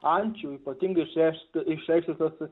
ančių ypatingai išreikša išreikštas